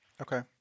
Okay